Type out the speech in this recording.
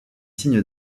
signes